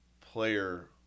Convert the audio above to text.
player